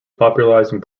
popularizing